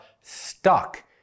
stuck